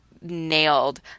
nailed